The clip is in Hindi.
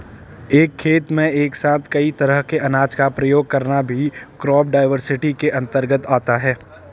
एक खेत में एक साथ कई तरह के अनाज का प्रयोग करना भी क्रॉप डाइवर्सिटी के अंतर्गत आता है